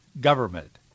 government